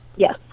Yes